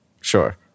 Sure